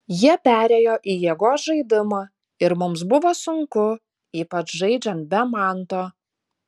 jie perėjo į jėgos žaidimą ir mums buvo sunku ypač žaidžiant be manto